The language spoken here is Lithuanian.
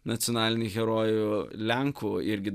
nacionalinį herojų lenkų irgi